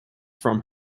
from